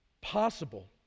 possible